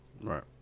Right